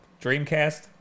Dreamcast